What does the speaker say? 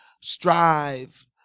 strive